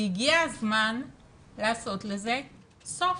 הגיע הזמן לעשות לזה סוף.